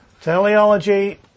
Teleology